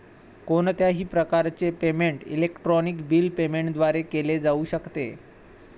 कोणत्याही प्रकारचे payment electronic bill payment द्वारे केले जाऊ शकते